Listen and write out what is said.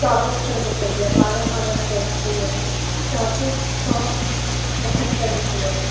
चौबीस सौ रुपये बारह बारह सौ रुपये चौबीस सौ पछत्तर रुपया